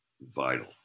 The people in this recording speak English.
vital